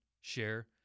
share